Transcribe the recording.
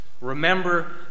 remember